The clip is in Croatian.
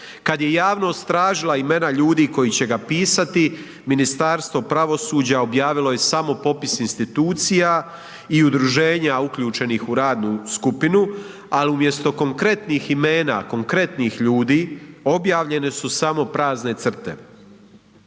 Kad je javnost tražila imena ljudi koji će ga pisati Ministarstvo pravosuđa objavilo je samo popis institucija i udruženja uključenih u radnu skupinu, a umjesto konkretnih imena, konkretnih ljudi objavljene su samo prazne crte.